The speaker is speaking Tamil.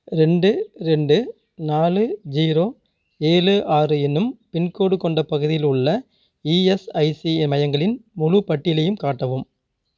ரெண்டு ரெண்டு நாலு ஜீரோ ஏழு ஆறு என்னும் பின்கோடு கொண்ட பகுதியில் உள்ள இஎஸ்ஐசி மையங்களின் முழுப்பட்டியலையும் காட்டவும்